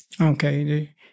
Okay